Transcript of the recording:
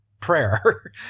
prayer